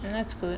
and that's good